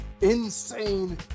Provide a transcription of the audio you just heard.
Insane